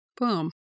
Boom